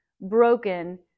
broken